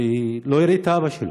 שלא יראה את אבא שלו,